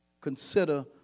consider